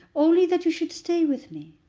only that you should stay with me.